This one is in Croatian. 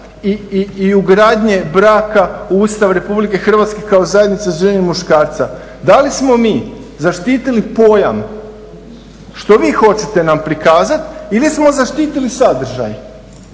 i ugradnje braka u Ustav RH kao zajednice žene i muškarca? Da li smo mi zaštitili pojam što vi hoćete nam prikazati ili smo zaštitili sadržaj?